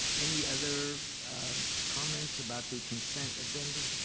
any other comments about the consent agenda?